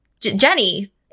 Jenny